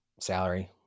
salary